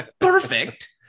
perfect